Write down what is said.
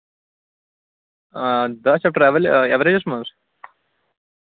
آ دہ چیپٹر ایور ایوریجَس منٛز